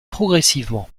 progressivement